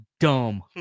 dumb